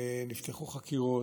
ונפתחו חקירות,